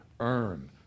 earn